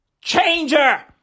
changer